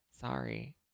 sorry